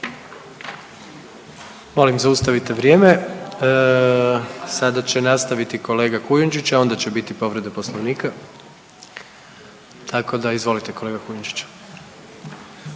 Molim zaustavite vrijeme. Sada će nastaviti kolega Kujundžić, a ona će biti povreda Poslovnika tako da izvolite kolega Kujundžić.